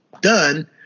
done